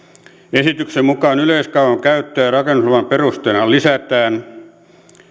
esityksen mukaan yleiskaavan käyttöä rakennusluvan perusteena lisätään